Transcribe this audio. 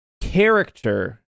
character